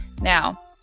Now